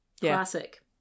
Classic